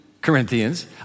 Corinthians